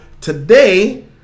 today